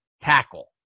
tackle